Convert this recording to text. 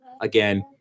again